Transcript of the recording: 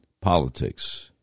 politics